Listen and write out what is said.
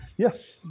Yes